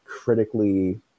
critically